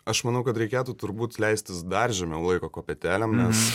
aš manau kad reikėtų turbūt leistis dar žemiau laiko kopėtėlėm nes